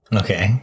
okay